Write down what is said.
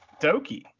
doki